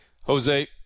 Jose